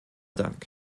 dank